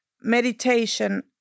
meditation